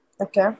Okay